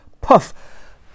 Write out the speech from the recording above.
Puff